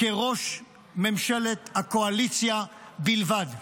כראש ממשלת הקואליציה בלבד.